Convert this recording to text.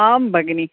आम् भगिनी